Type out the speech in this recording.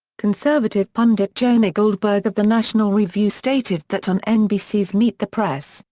conservative pundit jonah goldberg of the national review stated that on nbc's meet the press,